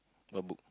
what book